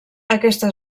aquesta